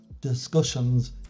discussions